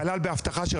כנ"ל באבטחה.